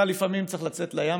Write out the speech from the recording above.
אתה לפעמים צריך לצאת לים,